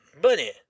bunny